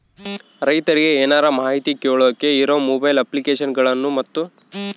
ರೈತರಿಗೆ ಏನರ ಮಾಹಿತಿ ಕೇಳೋಕೆ ಇರೋ ಮೊಬೈಲ್ ಅಪ್ಲಿಕೇಶನ್ ಗಳನ್ನು ಮತ್ತು?